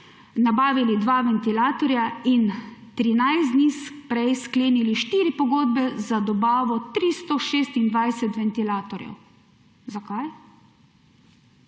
nabavili dva ventilatorja in 13 dni prej sklenili 4 pogodbe za dobavo 326 ventilatorjev. Zakaj?